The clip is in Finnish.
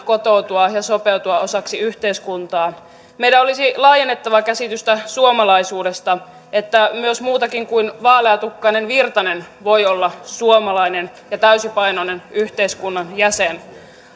kotoutua ja sopeutua osaksi yhteiskuntaa meidän olisi laajennettava käsitystä suomalaisuudesta niin että myös muu kuin vaaleatukkainen virtanen voi olla suomalainen ja täysipainoinen yhteiskunnan jäsen